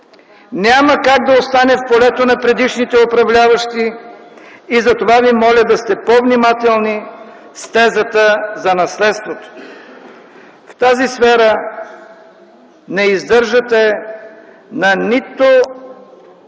няма как да остане в полето на предишните управляващи и за това Ви моля да сте по-внимателни и с тезата за наследството. В тази сфера не издържате на